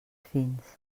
fins